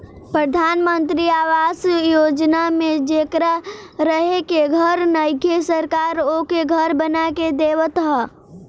प्रधान मंत्री आवास योजना में जेकरा रहे के घर नइखे सरकार ओके घर बना के देवत ह